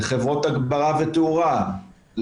לחברות הגברה ותאורה,